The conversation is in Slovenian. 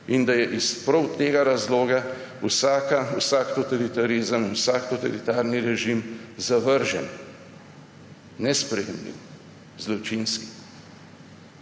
in da je iz prav tega razloga vsak totalitarizem, vsak totalitarni režim zavržen, nesprejemljiv, zločinski.